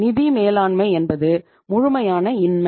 நிதி மேலாண்மை என்பது முழுமையான இன்மை